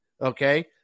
okay